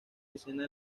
escena